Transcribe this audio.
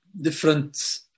different